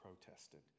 protested